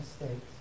mistakes